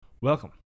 Welcome